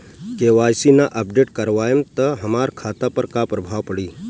KYC ना update करवाएम त हमार खाता पर का प्रभाव पड़ी?